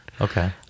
Okay